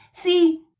See